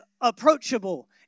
approachable